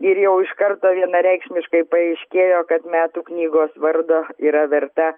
ir jau iš karto vienareikšmiškai paaiškėjo kad metų knygos vardo yra verta